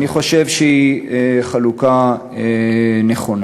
אני חושב שהיא חלוקה נכונה.